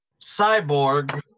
Cyborg